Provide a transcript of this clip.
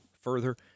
further